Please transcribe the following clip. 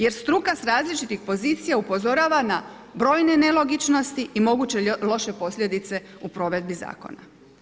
Jer struka s različitih pozicija upozorava na brojne nelogičnosti i moguće loše posljedice u provedbi zakona.